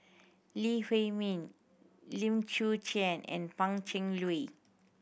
Lee Huei Min Lim Chwee Chian and Pan Cheng Lui